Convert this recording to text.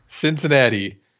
Cincinnati